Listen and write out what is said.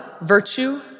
virtue